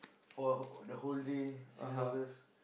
for the whole day six dollars